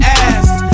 ass